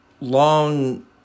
long